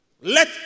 Let